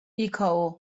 ایکائو